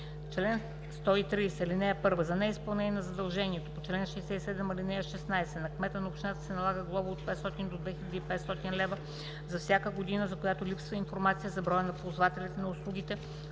„Чл. 130. (1) За неизпълнение на задължението по чл. 67, ал. 16 на кмета на общината се налага глоба от 500 до 2500 лв. за всяка година, за която липсва информация за броя на ползвателите на услугите